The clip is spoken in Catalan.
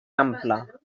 ampla